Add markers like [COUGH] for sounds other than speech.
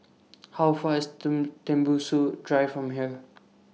How Far IS [UNINTELLIGIBLE] Tembusu Drive from here